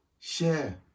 Share